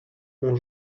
ont